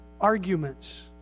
arguments